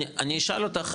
אני אשאל אותך,